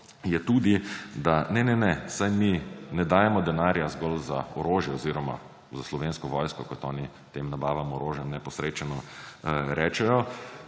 je tudi da ne, ne, ne, saj mi ne dajemo denarja zgolj za orožje oziroma za Slovensko vojsko, kot oni tem nabavam orožja neposrečeno rečejo.